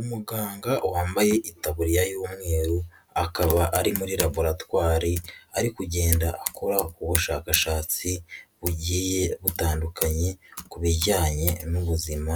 Umuganga wambaye itaburiya y'umweru akaba ari muri laboratwari, ari kugenda akora ubushakashatsi bugiye butandukanye ku bijyanye n'ubuzima